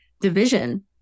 division